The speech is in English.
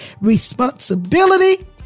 responsibility